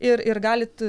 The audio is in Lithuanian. ir ir galit